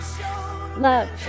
Love